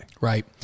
Right